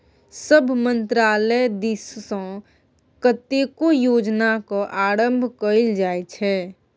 सभ मन्त्रालय दिससँ कतेको योजनाक आरम्भ कएल जाइत छै